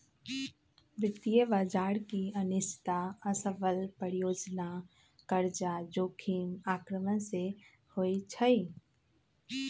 वित्तीय बजार की अनिश्चितता, असफल परियोजना, कर्जा जोखिम आक्रमण से होइ छइ